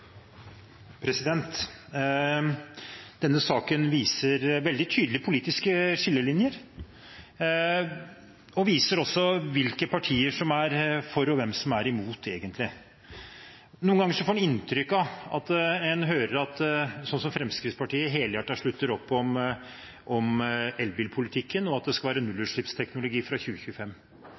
Denne saken viser veldig tydelige politiske skillelinjer og viser egentlig hvilke partier som er for, og hvilke som er imot. Noen ganger får en inntrykk av, og en hører, at Fremskrittspartiet helhjertet slutter opp om elbilpolitikken og at det skal være nullutslippsteknologi fra 2025.